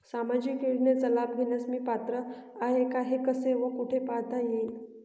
सामाजिक योजनेचा लाभ घेण्यास मी पात्र आहे का हे कसे व कुठे पाहता येईल?